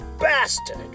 Bastard